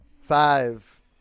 Five